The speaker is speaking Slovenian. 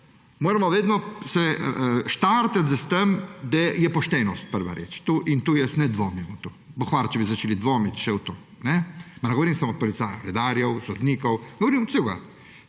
moramo vedno štartati s tem, da je poštenost prva reč in jaz ne dvomim v to. Bogvaruj, če bi začeli dvomiti še v to. Ma ne govorim samo o policajih redarjih, sodnikih, govorim o vseh